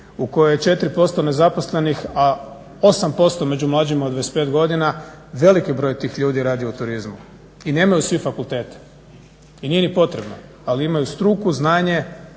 u kojoj je 4% nezaposlenih, a 8% među mlađima od 25 godina, velik broj tih ljudi radi u turizmu i nemaju svi fakultete i nije ni potrebno, ali imaju struku, znanje,